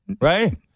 Right